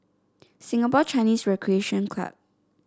Singapore Chinese Recreation Club